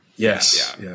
Yes